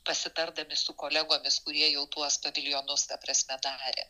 pasitardami su kolegomis kurie jau tuos paviljonus ta prasme darė